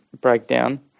breakdown